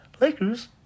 Lakers